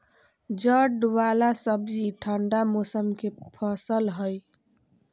जड़ वाला सब्जि ठंडा मौसम के फसल हइ